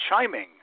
chiming